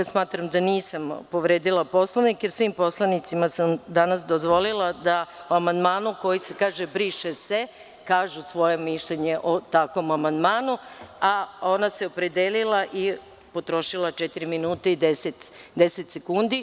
Smatram da nisam povredila Poslovnik, jer svim poslanicima sam danas dozvolila da o amandmanu u kome se kaže „briše se“ kažu svoje mišljenje o takvom amandmanu, a ona se opredelila i potrošila četiri minuta i 10 sekundi.